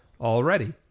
already